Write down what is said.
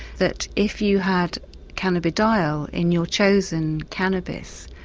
that if you had cannabidiol in your chosen cannabis,